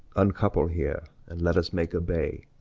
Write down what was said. uncouple here, and let us make a bay,